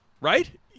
Right